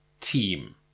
team